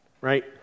right